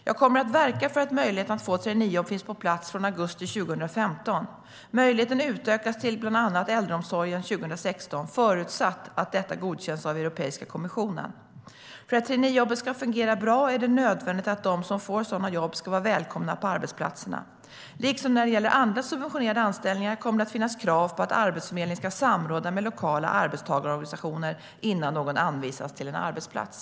Jag kommer att verka för att möjligheten att få traineejobb finns på plats från augusti 2015. Möjligheten utökas till bland annat äldreomsorgen 2016 förutsatt att detta godkänns av Europeiska kommissionen. För att traineejobben ska fungera bra är det nödvändigt att de som får sådana jobb ska vara välkomna på arbetsplatserna. Liksom när det gäller andra subventionerade anställningar kommer det att finnas krav på att Arbetsförmedlingen ska samråda med lokala arbetstagarorganisationer innan någon anvisas en arbetsplats.